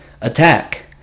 attack